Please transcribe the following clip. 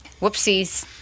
Whoopsies